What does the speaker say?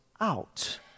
out